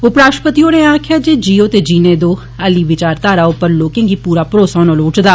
उप राष्ट्रपति होरें आक्खेआ जे जीयो ते जीने दो आह्ली विचारघारा उप्पर लोकें गी पूरा भरोसा होना लोड़चदा